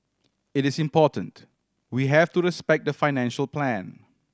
it is important we have to respect the financial plan